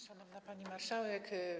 Szanowna Pani Marszałek!